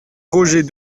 roger